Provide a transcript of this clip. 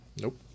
Nope